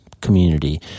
community